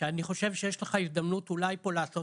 שאני חושב שיש לך הזדמנות אולי פה לעשות